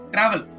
Travel